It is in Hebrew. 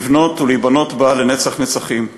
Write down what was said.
לבנות ולהיבנות בה לנצח נצחים.